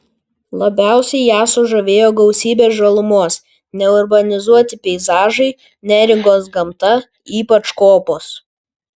labiausiai ją sužavėjo gausybė žalumos neurbanizuoti peizažai neringos gamta ypač kopos